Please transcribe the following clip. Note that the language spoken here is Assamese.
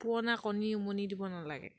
পুৰণা কণী উমনি দিব নালাগে